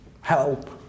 Help